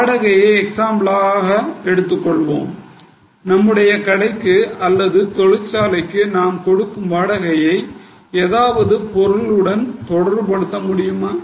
வாடகையை எக்ஸாம்பிளாக எடுத்துக்கொள்வோம் நமது கடைக்கு அல்லது தொழிற்சாலைக்கு நாம் கொடுக்கும் வாடகையை ஏதாவது பொருளுடன் தொடர்பு கொள்ள முடியுமா